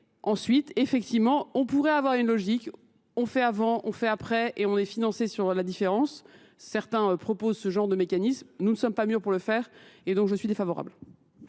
Ensuite, effectivement, on pourrait avoir une logique. On fait avant, on fait après et on est financé sur la différence. Certains proposent ce genre de mécanismes. Nous ne sommes pas mûrs pour le faire et donc je suis défavorable.